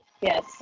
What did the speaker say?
Yes